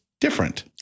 different